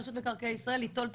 לרשות מקרקעי ישראל עניין ליטול את